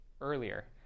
earlier